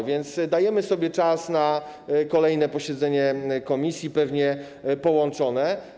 A więc dajemy sobie czas na kolejne posiedzenie komisji, pewnie połączone.